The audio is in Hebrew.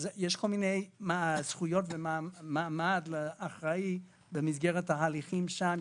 יש כל מיני זכויות ומעמד לאחראי במסגרת ההליכים שם.